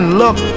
look